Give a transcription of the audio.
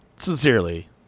sincerely